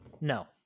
no